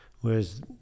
whereas